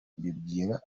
mbibwira